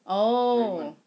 oh